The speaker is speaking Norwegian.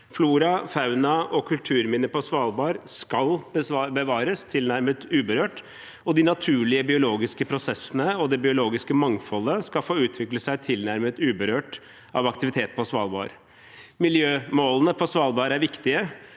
Flora, fauna og kulturminner på Svalbard skal bevares tilnærmet uberørt, og de naturlige biologiske prosessene og det biologiske mangfoldet skal få utvikle seg tilnærmet uberørt av aktivitet på Svalbard. Miljømålene på Svalbard er viktige.